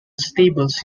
stables